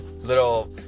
little